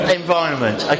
environment